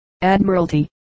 Admiralty